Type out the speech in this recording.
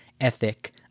ethic